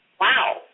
wow